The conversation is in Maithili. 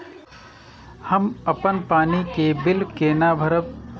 हम अपन पानी के बिल केना भरब?